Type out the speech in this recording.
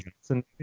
Johnson